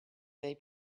they